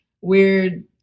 weird